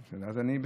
בסדר.